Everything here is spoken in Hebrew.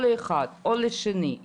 או לאחד או לשני,